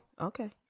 Okay